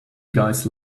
guys